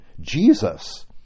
Jesus